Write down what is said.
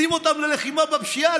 שים אותם ללחימה בפשיעה,